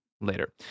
later